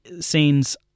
scene's